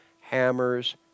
hammers